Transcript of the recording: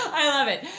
i love it.